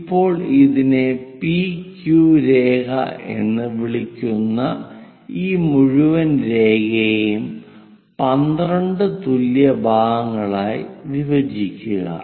ഇപ്പോൾ ഇതിനെ പിക്യു രേഖ എന്ന് വിളിക്കുന്ന ഈ മുഴുവൻ രേഖയെയും 12 തുല്യ ഭാഗങ്ങളായി വിഭജിക്കുക